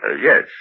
Yes